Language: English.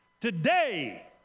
Today